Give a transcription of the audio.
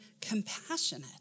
compassionate